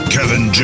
Kevin